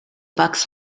bucks